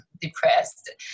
depressed